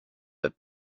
that